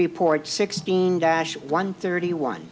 report sixteen dash one thirty one